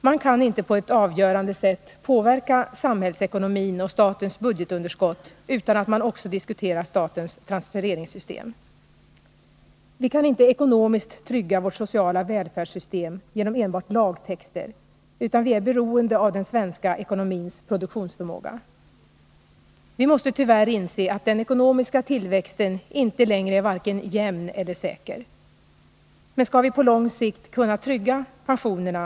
Man kan inte på ett avgörande sätt påverka samhällsekonomin och statens budgetunderskott utan att man också diskuterar statens transfereringssys Nr 47 Vi kan inte ekonomiskt trygga vårt sociala välfärdssystem genom enbart 11 december 1980 lagtexter, utan vi är beroende av den svenska ekonomins produktionsförmåga. Vi måste tyvärr inse att den ekonomiska tillväxten inte längre är vare - Besparingar i sig jämn eller säker. Men skall vi på lång sikt kunna trygga pensionerna, 2 .